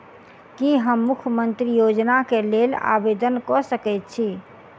की हम मुख्यमंत्री योजना केँ लेल आवेदन कऽ सकैत छी?